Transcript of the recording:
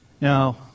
Now